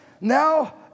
now